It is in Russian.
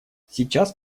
сейчас